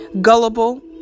gullible